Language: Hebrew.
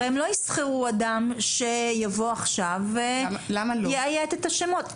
הרי הם לא ישכרו אדם שיבוא עכשיו ויאיית את השמות.